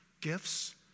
gifts